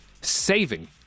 saving